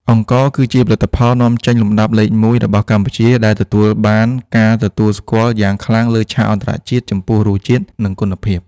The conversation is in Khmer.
អង្ករគឺជាផលិតផលនាំចេញលំដាប់លេខមួយរបស់កម្ពុជា ដែលទទួលបានការទទួលស្គាល់យ៉ាងខ្លាំងលើឆាកអន្តរជាតិចំពោះរសជាតិ និងគុណភាព។